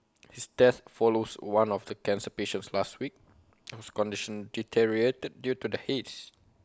his death follows one of the cancer patient last week whose condition deteriorated due to the haze